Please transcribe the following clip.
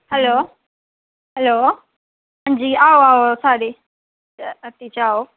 hello hello हां जी आओ आओ आओ साढ़ी हट्टी च आओ